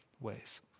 ways